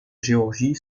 géorgie